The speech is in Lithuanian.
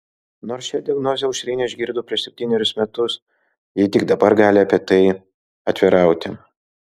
nors šią diagnozę aušrinė išgirdo prieš septynerius metus ji tik dabar gali apie tai atvirauti